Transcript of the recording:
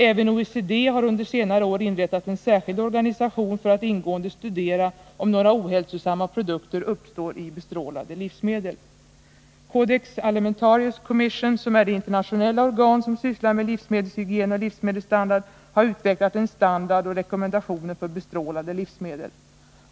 Även OECD har under senare år inrättat en särskild organisation för att Nr 49 ingående studera om några ohälsosamma produkter uppstår ur bestrålade livsmedel. sysslar med livsmedelshygien och livsmedelsstandard, har utvecklat en standard och rekommendationer för bestrålade livsmedel.